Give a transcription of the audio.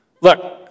Look